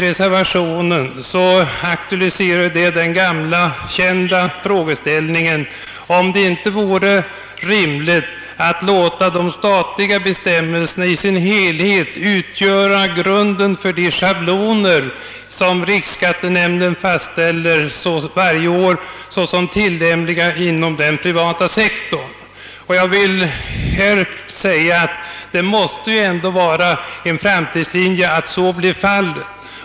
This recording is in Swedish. Reservationen aktualiserar den gamla kända frågan om det inte vore rimligt att låta de statliga bestämmelserna i sin helhet utgöra grunden för de schabloner som riksskattenämnden varje år fastställer såsom tillämpliga inom den privata sektorn. Det måste ändå vara en framtidslinje att så blir fallet.